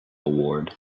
ward